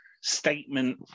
statement